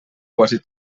quasi